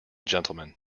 gentleman